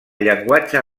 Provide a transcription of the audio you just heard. llenguatge